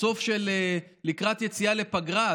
סוף של לקראת יציאה לפגרה,